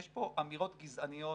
יש פה אמירות גזעניות